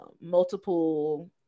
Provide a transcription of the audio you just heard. multiple